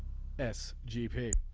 s gpa.